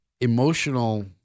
emotional